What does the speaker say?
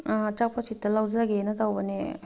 ꯑꯆꯥꯄꯣꯠ ꯈꯤꯇ ꯂꯧꯖꯒꯦꯅ ꯇꯧꯕꯅꯦ